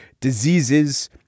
diseases